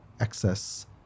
excess